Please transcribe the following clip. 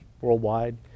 worldwide